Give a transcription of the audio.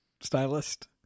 stylist